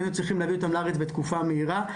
היו צריכים להביא אותם לארץ בתקופה המהירה.